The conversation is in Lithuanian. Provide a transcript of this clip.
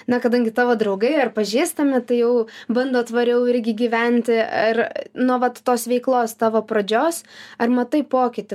na kadangi tavo draugai ar pažįstami tai jau bando tvariau irgi gyventi ar nu vat tos veiklos tavo pradžios ar matai pokytį